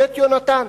"בית יהונתן".